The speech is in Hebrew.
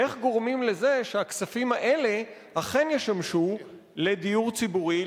איך גורמים לזה שהכספים האלה אכן ישמשו לדיור ציבורי,